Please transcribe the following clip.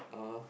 (uh huh)